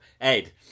Ed